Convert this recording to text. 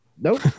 nope